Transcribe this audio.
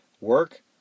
work